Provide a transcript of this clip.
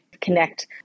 connect